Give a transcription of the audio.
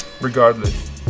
regardless